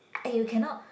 eh you cannot